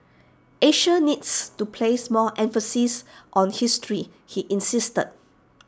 Asia needs to place more emphasis on history he insisted